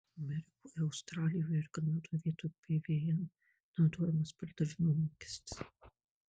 amerikoje australijoje ir kanadoje vietoj pvm naudojamas pardavimo mokestis